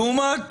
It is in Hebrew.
לעומת